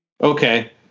Okay